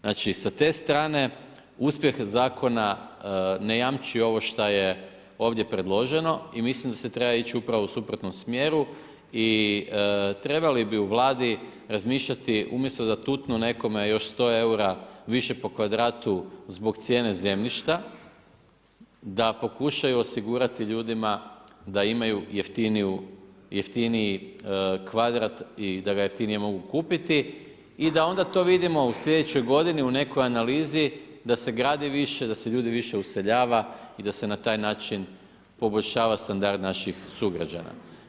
Znači, sa te strane, uspjeh Zakona ne jamči ovo što je ovdje predloženo i mislim da se treba ići upravo u suprotnom smjeru i trebali bi u Vladi razmišljati umjesto da tutnu nekome još 100 eura više po kvadratu zbog cijene zemljišta, da pokušaju osigurati ljudima da imaju jeftiniji kvadrat i da ga jeftinije mogu kupiti i da onda to vidimo u slijedećoj godini u nekoj analizi da se gradi više, da se ljudi više useljava i da se na taj način poboljšava standard naših sugrađana.